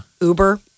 Uber